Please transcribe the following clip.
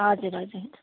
हजुर हजुर